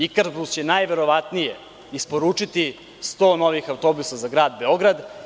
Ikarbus“ će najverovatnije isporučiti 100 novih autobusa za Grad Beograd.